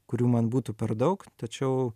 kurių man būtų per daug tačiau